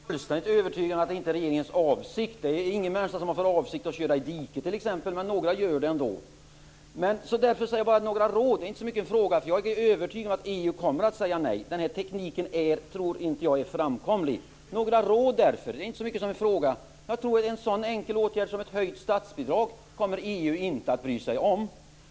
Herr talman! Jag är fullständigt övertygad om att det inte är regeringens avsikt att skapa problem. Det är t.ex. ingen människa som har för avsikt att köra i diket, men några gör det ändå. Jag har inte så mycket att fråga om, men jag vill ändå ge några råd. Jag är övertygad om att EU kommer att säga nej. Jag tror inte att denna teknik är framkomlig. Bara en så enkel åtgärd som ett höjt statsbidrag kommer EU inte att bry sig om.